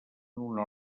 una